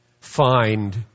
find